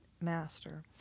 master